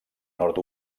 nord